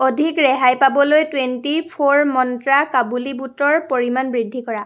অধিক ৰেহাই পাবলৈ টুৱেণ্টি ফ'ৰ মন্ত্ৰা কাবুলী বুটৰ পৰিমাণ বৃদ্ধি কৰা